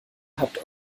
habt